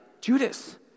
Judas